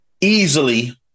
Easily